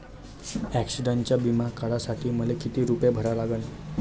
ॲक्सिडंटचा बिमा काढा साठी मले किती रूपे भरा लागन?